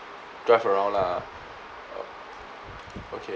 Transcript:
drive around lah o~ okay